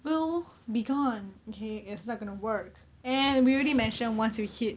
will be gone okay it's not going to work and we already mentioned once you hit